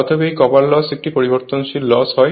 অতএব এই copper loss একটি পরিবর্তনশীল লস হয়